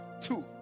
two